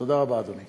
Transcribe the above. תודה רבה, אדוני.